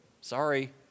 Sorry